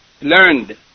learned